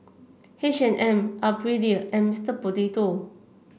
H and M Aprilia and Mr Potato